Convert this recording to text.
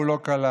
והוא לא קלט.